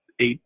eight